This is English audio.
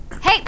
Hey